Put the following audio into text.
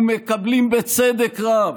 ומקבלים בצדק רב,